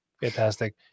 fantastic